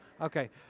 Okay